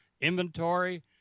inventory